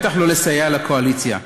בטח לא לסייע לקואליציה.